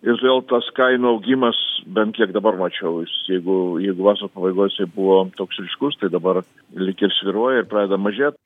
ir vėl tas kainų augimas bent kiek dabar mačiau jis jeigu jeigu vasaros pabaigoj jisai buvo toks ryškus tai dabar lyg ir svyruoja ir pradeda mažėt